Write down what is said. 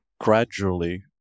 gradually